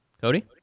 Cody